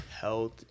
health